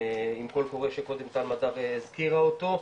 עם קול קורא שקודם טל מדר הזכירה אותו,